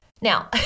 Now